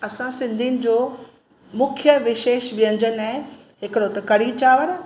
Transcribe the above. असां सिंधियुनि जो मुख्य विशेष व्यंजन आहे हिकिड़ो त कढ़ी चांवर